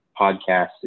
podcast